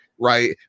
Right